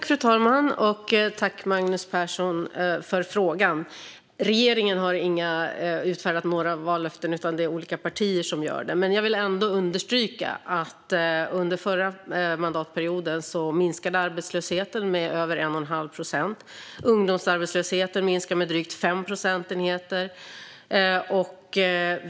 Fru talman! Tack, Magnus Persson, för frågan! Regeringen utfärdar inte några vallöften, utan det är olika partier som gör det. Men jag vill ändå understryka att arbetslösheten under förra mandatperioden minskade med över 1 1⁄2 procent. Ungdomsarbetslösheten minskade med drygt 5 procentenheter.